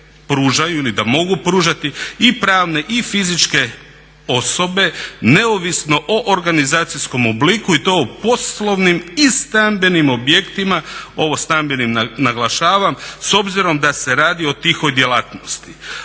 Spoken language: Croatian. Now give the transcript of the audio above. pružaju ili da mogu pružati i pravne i fizičke osobe neovisno o organizacijskom obliku i to o poslovnim i stambenim objektima, ovo stambenim naglašavam s obzirom da se radi o tihoj djelatnosti.